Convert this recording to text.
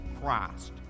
Christ